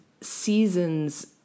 seasons